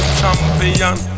champion